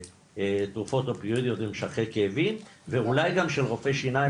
לתרופות אפיואידיות ומשככי כאבים ואולי גם של רופאי שיניים.